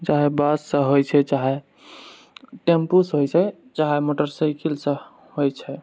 चाहे बससँ होइ छै चाहे टेम्पूसँ होइ छै चाहे मोटरसाइकिलसँ होइ छै